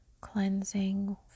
cleansing